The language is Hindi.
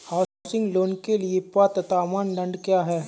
हाउसिंग लोंन के लिए पात्रता मानदंड क्या हैं?